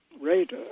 Right